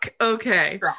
okay